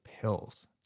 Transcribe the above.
pills